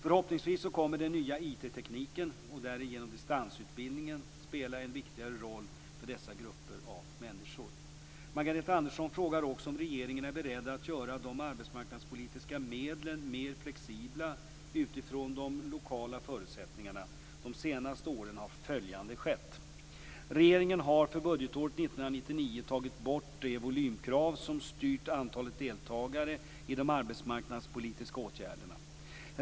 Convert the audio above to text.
Förhoppningsvis kommer den nya informationstekniken, och därigenom distansutbildningen, att spela en viktigare roll för dessa grupper av människor. Margareta Andersson frågar också om regeringen är beredd att göra de arbetsmarknadspolitiska medlen mer flexibla utifrån de lokala förutsättningarna. De senaste åren har följande skett: - Regeringen har för budgetåret 1999 tagit bort det volymkrav som styrt antalet deltagare i de arbetsmarknadspolitiska åtgärderna.